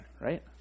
right